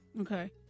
Okay